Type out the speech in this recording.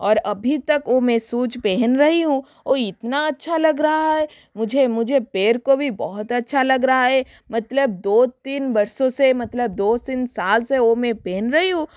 और अभी तक वो मैं सूज पहन रही हूँ ओ इतना अच्छा लग रहा है मुझे मुझे पैर को भी बहुत अच्छा लग रहा है मतलब दो तीन वर्षों से मतलब दो तीन साल से वो मैं पहन रही हूँ